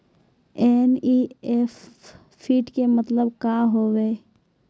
NEFT के मतलब का होव हेय?